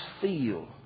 feel